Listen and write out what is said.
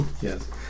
yes